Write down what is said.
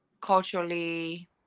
culturally